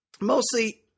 mostly